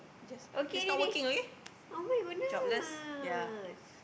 okay already oh my goodness